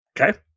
okay